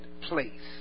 place